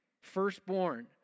firstborn